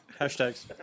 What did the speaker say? Hashtags